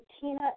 Tina